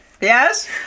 yes